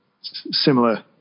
similar